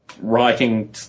Writing